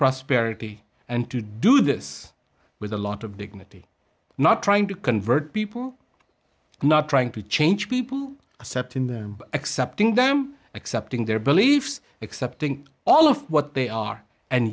prosperity and to do this with a lot of dignity not trying to convert people not trying to change people accepting them accepting them accepting their beliefs accepting all of what they are and